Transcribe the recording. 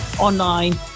online